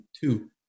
two